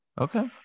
Okay